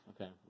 Okay